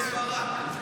מה יש לך מרם בן ברק?